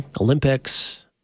Olympics